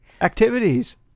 Activities